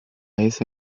ese